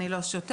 אני לא שותה,